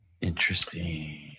Interesting